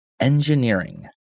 engineering